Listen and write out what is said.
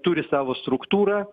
turi savo struktūrą